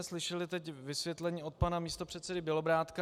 Slyšeli jsme teď vysvětlení od pana místopředsedy Bělobrádka.